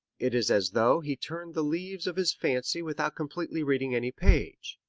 it is as though he turned the leaves of his fancy without completely reading any page.